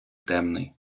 темний